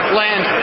land